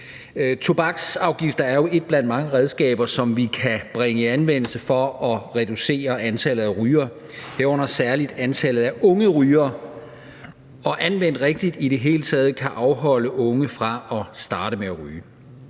Tobaksafgifter er jo et blandt mange redskaber, som vi kan bringe i anvendelse for at reducere antallet af rygere, herunder særlig antallet af unge rygere, og som anvendt rigtigt i det hele taget kan afholde unge fra at starte med at ryge.